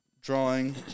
drawing